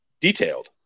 detailed